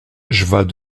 j’vas